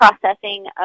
processing